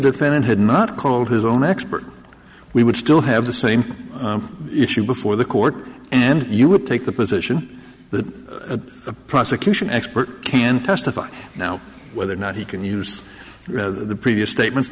defendant had not called his own expert we would still have the same issue before the court and you would take the position that a prosecution expert can testify now whether or not he can use the previous statements